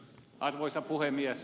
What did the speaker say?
arvoisa puhemies